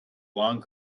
long